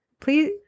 please